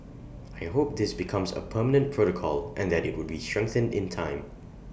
I hope this becomes A permanent protocol and that IT would be strengthened in time